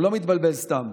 הוא לא מתבלבל סתם,